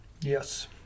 Yes